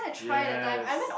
yes